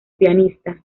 pianista